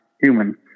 human